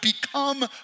become